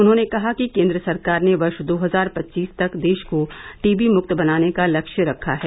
उन्होंने कहा कि केंद्र सरकार ने वर्ष दो हजार पच्चीस तक देश को टीबी मुक्त बनाने का लक्ष्य रखा है